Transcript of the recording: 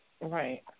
Right